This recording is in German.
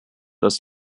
das